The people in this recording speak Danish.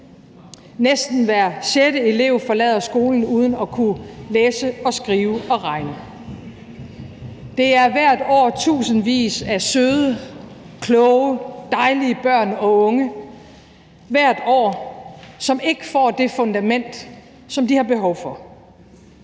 Næsten hver sjette elev forlader skolen uden at kunne læse og skrive og regne. Der er tusindvis af søde, kloge, dejlige børn og unge hvert år, som ikke får det fundament, som de har behov for.